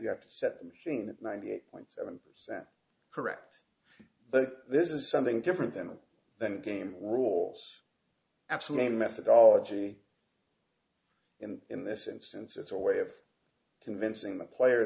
you have to set me thinking that ninety eight point seven percent correct but this is something different them than a game rules absolutely methodology and in this instance it's a way of convincing the player